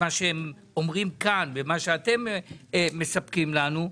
שהם אומרים כאן במה שאתם מספקים לנו,